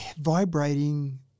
vibrating